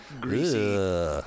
greasy